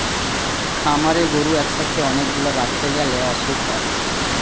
খামারে গরু একসাথে অনেক গুলা রাখতে গ্যালে অসুখ হয়